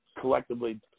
collectively